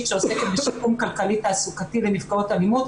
שעוסקת בשיקום כלכלי תעסוקתי לנפגעות אלימות,